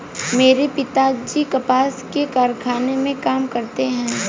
मेरे पिताजी कपास के कारखाने में काम करते हैं